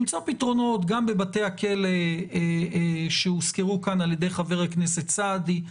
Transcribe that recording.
למצוא פתרונות גם בבתי הכלא שהוזכרו כאן על ידי חבר הכנסת סעדי.